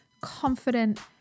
confident